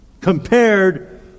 compared